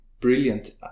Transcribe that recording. brilliant